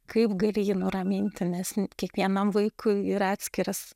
kaip gali jį nuraminti nes kiekvienam vaikui yra atskiras